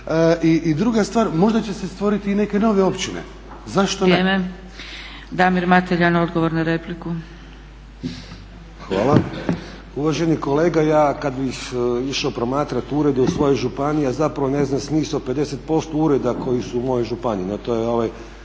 I druga stvar možda će stvoriti i neke nove općine. Zašto ne? **Zgrebec, Dragica (SDP)** Damir Mateljan, odgovor na repliku. **Mateljan, Damir (SDP)** Hvala. Uvaženi kolega ja kada bi išao promatrati urede u svojoj županiji, a zapravo ne znam smisao 50% ureda koji su u mojoj županiji,